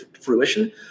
fruition